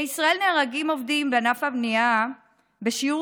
בישראל נהרגים עובדים בענף הבנייה בשיעור